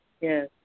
Yes